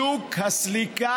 שוק הסליקה,